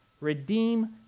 Redeem